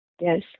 Yes